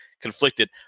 conflicted